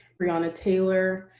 breonna taylor,